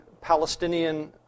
Palestinian